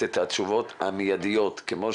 בוקר טוב לכולם,